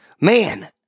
Man